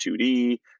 2D